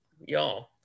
Y'all